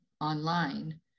online